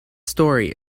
story